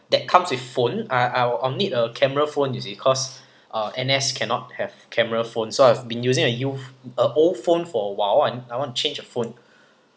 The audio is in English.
that comes with phone I I will I'll need a camera phone is because uh N_S cannot have camera phone so I've been using a youth a old phone for a while I need I want to change a phone